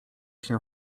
się